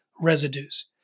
residues